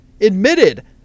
admitted